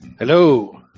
Hello